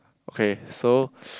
okay so